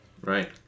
Right